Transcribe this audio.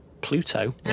Pluto